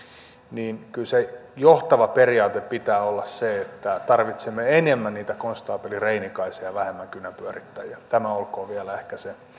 niin kyllä sen johtavan periaatteen pitää olla se että tarvitsemme enemmän niitä konstaapelireinikaisia ja vähemmän kynänpyörittäjiä tämä olkoon vielä ehkä se